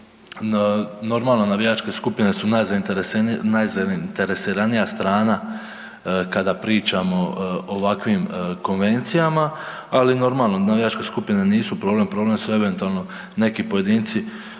normalno navijačke skupine su najzainteresiranija strana kada pričamo o ovakvim konvencijama, ali normalno, navijačke skupine nisu problem, problem su eventualno neki pojedinci